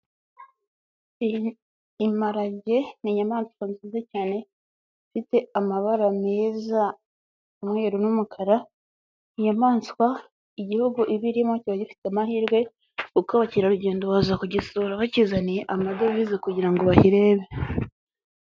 Imparage ni inyamaswa nziza cyane. Zifite amabara meza umweru n'umukara. Inyamaswa igihugu iba irimo kiba gifite amahirwe kuko abakerarugendo baza kugisura bakizaniye amadovize kugira ngo bayirebe.